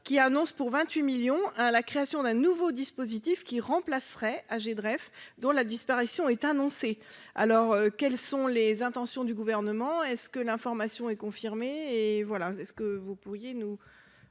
qui annonce, pour 28 millions à la création d'un nouveau dispositif qui remplacerait âgé de rêve dont la disparition est annoncée alors quelles sont les intentions du gouvernement est-ce que l'information est confirmée